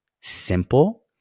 simple